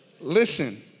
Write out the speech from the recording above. Listen